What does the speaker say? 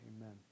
Amen